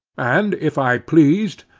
and if i pleased,